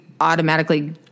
automatically